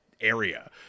area